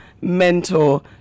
mentor